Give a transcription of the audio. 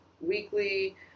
Weekly